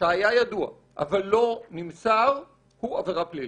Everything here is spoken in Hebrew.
שהיה ידוע אבל לא נמסר, הוא עבירה פלילית.